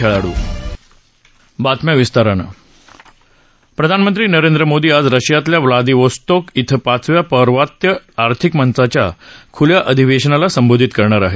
खेळाडू प्रधानमंत्री नरेंद्र मोदी आज रशियातल्या व्लादिवोस्तोक क्वे पाचव्या पोर्वात्य आर्थिक मंचाच्या खुल्या अधिवेशनाला संबोधित करणार आहेत